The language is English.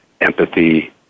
empathy